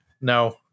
No